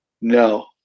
No